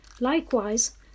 Likewise